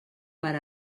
per